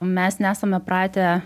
mes nesame pratę